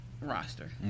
roster